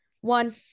One